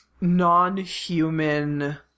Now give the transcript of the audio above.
non-human